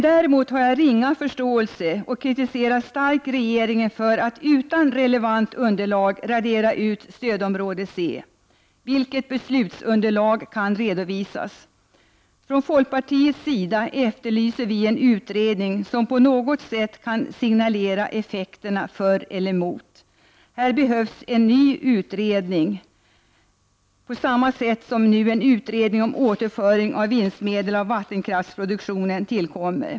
Däremot har jag ringa förståelse för och kritiserar starkt regeringen för att utan relevant underlag radera ut stödområde C. Vilket beslutsunderlag kan redovisas? Vi i folkpartiet efterlyser en utredning som på något sätt kan signalera effekterna, för eller emot. Här behövs en ny utredning på samma sätt som nu en utredning om återföring av vinstmedel av vattenkraftsproduktionen tillkommer.